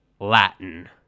Latin